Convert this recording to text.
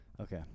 okay